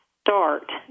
start